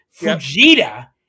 Fujita